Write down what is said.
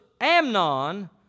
Amnon